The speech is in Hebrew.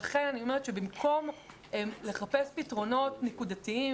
לכן אני אומרת שבמקום לחפש פתרונות נקודתיים